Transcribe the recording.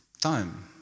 time